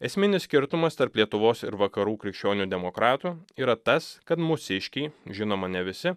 esminis skirtumas tarp lietuvos ir vakarų krikščionių demokratų yra tas kad mūsiškiai žinoma ne visi